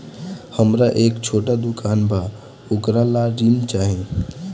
हमरा एक छोटा दुकान बा वोकरा ला ऋण चाही?